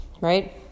Right